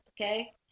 okay